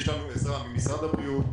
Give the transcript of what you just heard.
יש לנו עזרה ממשרד הבריאות,